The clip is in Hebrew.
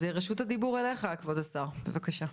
אז רשות הדיבור אליך כבוד השר, בבקשה.